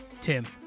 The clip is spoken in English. Tim